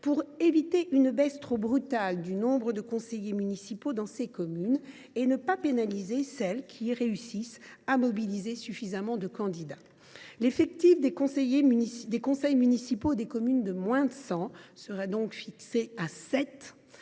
pour éviter une baisse trop brutale du nombre de conseillers municipaux dans ces communes et ne pas pénaliser celles qui réussissent à mobiliser suffisamment de candidats. L’effectif des conseils municipaux des communes de moins de 100 habitants serait donc fixé à